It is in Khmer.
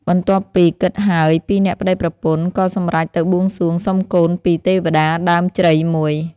បន្ទាប់ពី គិតហើយពីរនាក់ប្ដីប្រពន្ធក៏សម្រេចទៅបួងសួងសុំកូនពីរទេវតាដើមជ្រៃមួយ។